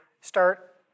start